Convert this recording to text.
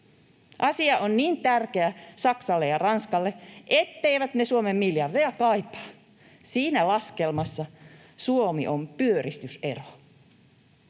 Asia on niin tärkeä Saksalle ja Ranskalle, etteivät ne Suomen miljardeja kaipaa. Siinä laskelmassa Suomi on pyöristysero.